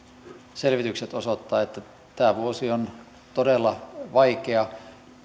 selvitykset osoittavat että tämä vuosi on todella vaikea